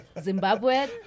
Zimbabwe